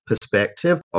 perspective